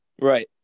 Right